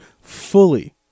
fully